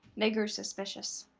they grew suspicious.